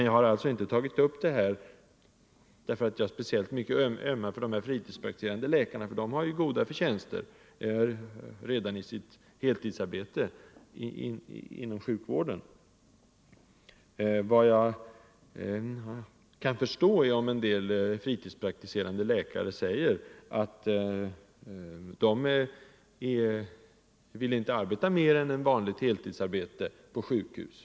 Jag har alltså inte tagit upp frågan därför att jag speciellt ömmar för de fritidspraktiserande läkarna. De har goda förtjänster redan i sitt hel tidsarbete inom den offentliga sjukvården. Nr 138 Mefi jag kan förstå om en del fritidspraktisersnge läkare Sseenatt de Måndagen den inte vill arbeta mer än vanlig heltidstjänstgöring på sjukhus.